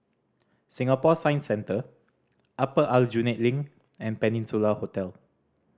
Singapore Science Centre Upper Aljunied Link and Peninsula Hotel